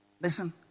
Listen